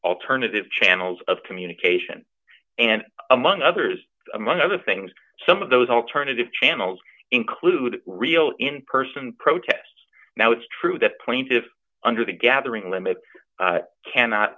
alternative channels of communication and among others among other things some of those alternative channels include real in person protests now it's true that plaintiffs under the gathering limits cannot